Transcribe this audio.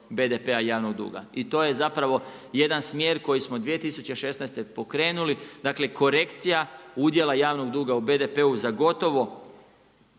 BDP-a javnog duga. I to je zapravo jedan smjer koji smo 2016. pokrenuli, dakle korekcija udjela javnog duga u BDP-u za gotovo